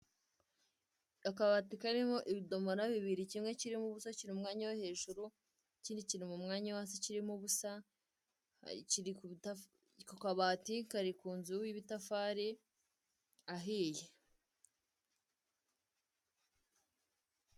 Akabati karimo ibidomora bibiri kimwe kirimo ubusa kiri mu umwanya wo hejuru, ikindi kiri mu mwanya wo hasi kirimo ubusa, kiri ku kabati kari ku nzu y'ibitafari ahiye.